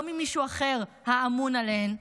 לא ממישהו אחר האמון עליהן,